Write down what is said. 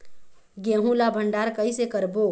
गेहूं ला भंडार कई से करबो?